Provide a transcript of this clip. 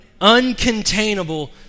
uncontainable